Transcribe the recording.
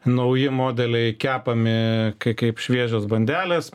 nauji modeliai kepami kaip šviežios bandelės